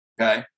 Okay